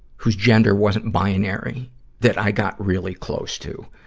whose gender wasn't binary that i got really close to.